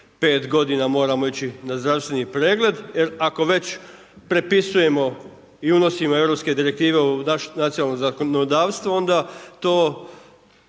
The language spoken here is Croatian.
5 godina moramo ići na zdravstveni pregled. Jer ako već prepisujemo i unosimo europske direktive u naše nacionalno zakonodavstvo, onda to